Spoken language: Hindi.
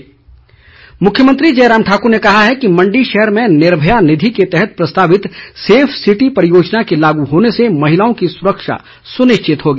मुख्यमंत्री मुख्यमंत्री जयराम ठाक्र ने कहा है कि मंडी शहर में निर्भया निधि के तहत प्रस्तावित सेफ सिटी परियोजना के लागू होने से महिलाओं की सुरक्षा सुनिश्चित होगी